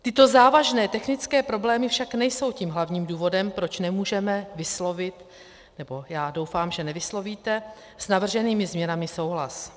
Tyto závažné technické problémy však nejsou tím hlavním důvodem, proč nemůžeme vyslovit, nebo já doufám, že nevyslovíte, s navrženými změnami souhlas.